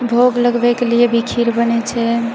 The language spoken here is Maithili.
भोग लगबैके लिए भी खीर बनै छै